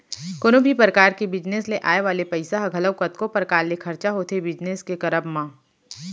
कोनो भी परकार के बिजनेस ले आय वाले पइसा ह घलौ कतको परकार ले खरचा होथे बिजनेस के करब म